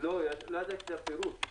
לא ידעתי את הפירוש.